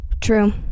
True